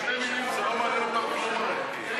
שתי מילים, זה לא מעניין אותם כלום, הרי.